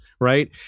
right